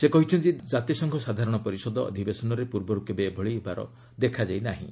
ସେ କହିଛନ୍ତି କାତିସଂଘ ସାଧାରଣ ପରିଷଦ ଅଧିବେଶନରେ ପୂର୍ବରୁ କେବେ ଏଭଳି ହେବାର ଦେଖାଯାଇ ନାହିଁ